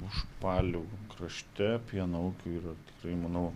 užpalių krašte pieno ūkių yra tikrai manau